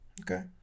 Okay